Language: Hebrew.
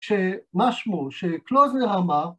‫שמה שמו, שקלוזנר אמר...